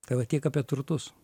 tai va tiek apie turtus